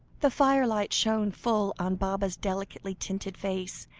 the firelight shone full on baba's delicately-tinted face,